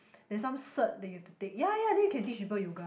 there's some cert that you have to take ya ya then you can teach people yoga